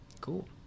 Cool